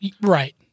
Right